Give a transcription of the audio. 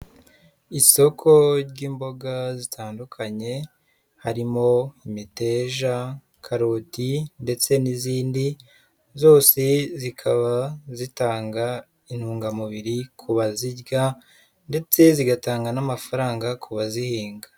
Isoko ry'imboga zitandukanye harimo imiteja, karoti ndetse n'izindi zose zikaba zitanga intungamubiri ku bazirya ndetse zigatanga n'amafaranga ku bazihinga.